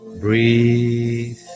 Breathe